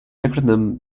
acronym